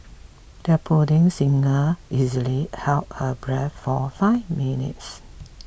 their budding singer easily held her breath for five minutes